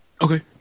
Okay